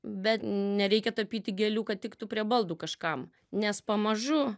bet nereikia tapyti gėlių kad tiktų prie baldų kažkam nes pamažu